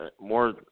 more